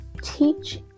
teach